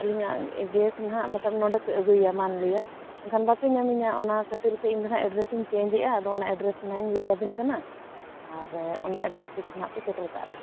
ᱟᱹᱞᱤᱧᱟᱜ ᱜᱮᱥ ᱱᱟᱦᱟᱸᱜ ᱢᱚᱛᱞᱚᱵ ᱱᱚᱰᱮ ᱯᱮ ᱟᱹᱜᱩᱭᱟ ᱢᱟᱱᱞᱮᱭᱟ ᱮᱱᱠᱷᱟᱱ ᱵᱟᱯᱮ ᱧᱟᱢᱤᱧᱟ ᱚᱱᱟ ᱠᱷᱟᱹᱛᱤᱨ ᱛᱮ ᱤᱧ ᱫᱚ ᱦᱟᱸᱜ ᱮᱰᱨᱮᱥ ᱤᱧ ᱪᱮᱧᱡᱽ ᱮᱫᱟ ᱟᱫᱚ ᱚᱱᱟ ᱮᱰᱨᱮᱥ ᱱᱟᱦᱟᱸᱜ ᱤᱧ ᱞᱟᱹᱭ ᱟᱵᱮᱱ ᱠᱟᱱᱟ ᱟᱨ ᱚᱱᱟ ᱮᱰᱨᱮᱥ ᱛᱮᱜᱮ ᱱᱟᱦᱟᱸᱜ ᱯᱮ ᱥᱮᱴᱮᱞ ᱠᱟᱜᱼᱟ ᱱᱟᱦᱟᱸᱜ